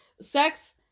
sex